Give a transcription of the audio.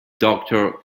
doctor